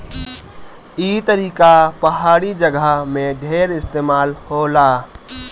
ई तरीका पहाड़ी जगह में ढेर इस्तेमाल होला